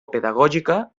pedagògica